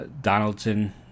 donaldson